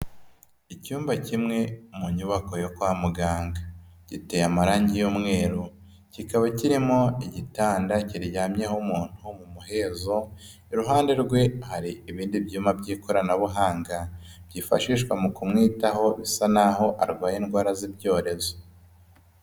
Icyumba kimwe, mu nyubako yo kwa muganga. Giteye amarangi y'umweru, kikaba kirimo igitanda kiryamyeho umuntu mu muhezo, iruhande rwe hari ibindi byuma by'ikoranabuhanga, byifashishwa mu kumwitaho, bisa n'aho arwaye indwara z'ibyorezo.